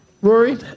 Rory